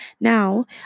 Now